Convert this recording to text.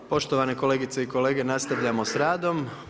Poštovane kolegice i kolege, nastavljamo sa radom.